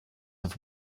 have